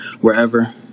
wherever